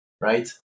right